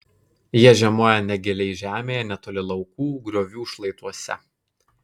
jie žiemoja negiliai žemėje netoli laukų griovių šlaituose